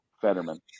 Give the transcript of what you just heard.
fetterman